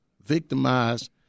victimized